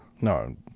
No